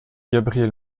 gabriel